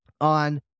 on